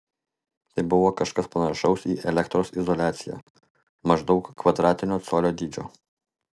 tai buvo kažkas panašaus į elektros izoliaciją maždaug kvadratinio colio dydžio